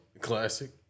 Classic